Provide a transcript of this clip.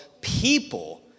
people